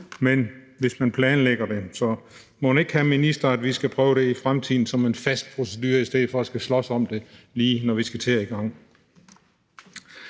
tid, hvis man planlægger det. Så mon ikke, hr. minister, vi skal prøve det i fremtiden som en fast procedure i stedet for at skulle slås om det, lige når vi skal til at i gang.